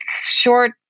short